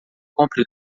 compre